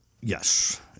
Yes